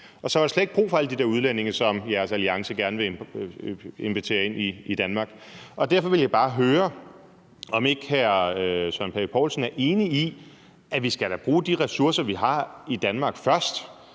og så var der slet ikke brug for alle de udlændinge, som jeres alliance gerne vil invitere ind i Danmark. Og derfor vil jeg bare høre, om ikke hr. Søren Pape Poulsen er enig i, at vi da skal bruge de ressourcer, vi har i Danmark, først,